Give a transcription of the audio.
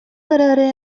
эрээри